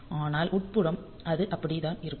ஆனால் உட்புறம் அது அப்படித்தான் இருக்கும்